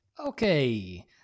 Okay